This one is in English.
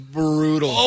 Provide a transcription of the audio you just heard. brutal